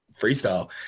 freestyle